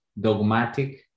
dogmatic